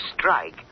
strike